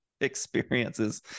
experiences